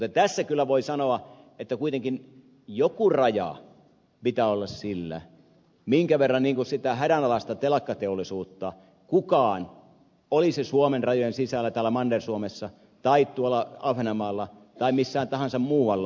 mutta tässä kyllä voi sanoa että kuitenkin joku raja pitää olla sillä minkä verran sitä hädänalaista telakkateollisuutta kukaan olisi suomen rajojen sisällä täällä manner suomessa tai tuolla ahvenanmaalla tai missään tahansa muualla